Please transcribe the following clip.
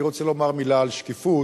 אני רוצה לומר מלה על שקיפות,